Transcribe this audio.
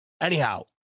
Anyhow